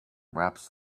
wraps